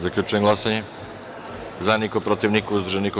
Zaključujem glasanje: za – niko, protiv – niko, uzdržanih – nema.